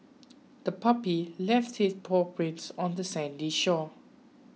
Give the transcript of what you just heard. the puppy left its paw prints on the sandy shore